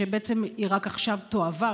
כשבעצם רק עכשיו היא תועבר,